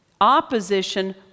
opposition